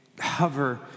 hover